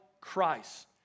Christ